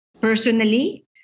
personally